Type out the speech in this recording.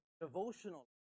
devotional